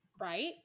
Right